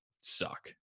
suck